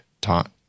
taught